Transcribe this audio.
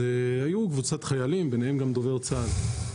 הייתה שם קבוצת חיילים וביניהם גם דובר צה"ל,